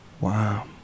Wow